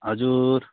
हजुर